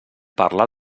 parlar